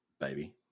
baby